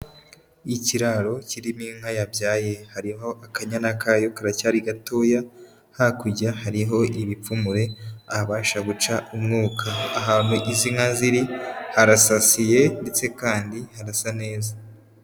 Ikiraro kirimo inka yabyaye, hariho akanyana kayo karacyari gatoya, hakurya hariho ibipfumure ahabasha guca umwuka, ahantu izi nka ziri harasasiye ndetse kandi harasa neza.